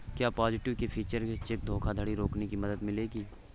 क्या positive pay feature से cheque धोखाधड़ी रोकने में मदद मिलेगी?